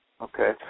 Okay